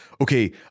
okay